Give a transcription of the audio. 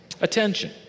attention